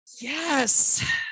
Yes